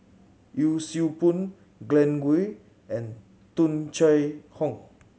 Yee Siew Pun Glen Goei and Tung Chye Hong